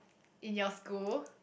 in your school